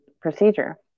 procedure